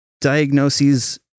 diagnoses